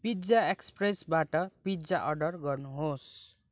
pizza एक्सप्रेसबाट pizza order गर्नुहोस्